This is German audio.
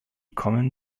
kommen